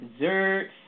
desserts